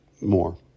more